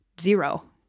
zero